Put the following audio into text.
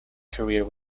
career